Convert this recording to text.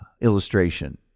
illustration